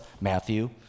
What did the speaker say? Matthew